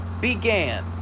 began